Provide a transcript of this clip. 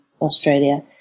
Australia